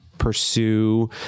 pursue